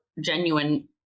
genuine